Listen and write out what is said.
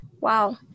Wow